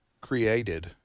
created